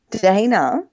Dana